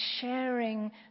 sharing